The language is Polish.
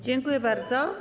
Dziękuję bardzo.